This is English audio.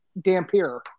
Dampier